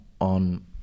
on